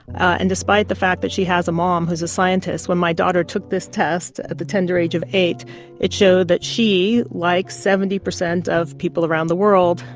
and despite the fact she has a mom who's a scientist, when my daughter took this test at the tender age of eight it showed that she, like seventy percent of people around the world,